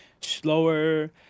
slower